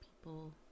people